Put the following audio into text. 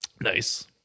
Nice